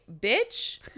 Bitch